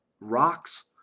rocks